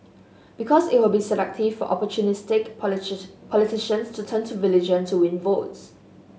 because it will be seductive for opportunistic politicians to turn to religion to win votes